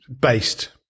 based